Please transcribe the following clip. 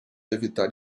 evitar